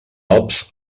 alps